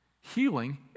healing